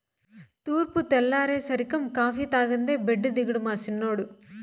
తూర్పు తెల్లారేసరికం కాఫీ తాగందే బెడ్డు దిగడు మా సిన్నోడు